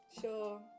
Sure